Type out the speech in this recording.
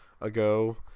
ago